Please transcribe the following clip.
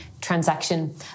transaction